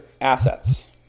assets